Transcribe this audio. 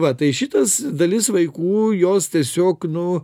va tai šitas dalis vaikų jos tiesiog nu